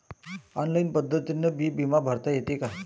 Online पद्धतीनं बी बिमा भरता येते का?